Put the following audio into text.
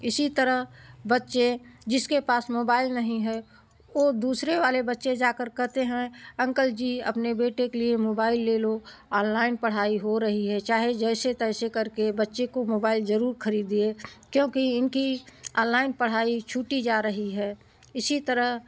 इसी तरह बच्चे जिसके पास मोबाइल नहीं है वो दूसरे वाले बच्चे जाकर कहते हैं अंकल जी अपने बेटे के लिए मोबाइल ले लो आनलाइन पढ़ाई हो रही है चाहे जैसे तैसे बच्चे को मोबाइल जरूर खरीदिए क्योंकि इनकी आनलाइन पढ़ाई छूटी जा रही है इसी तरह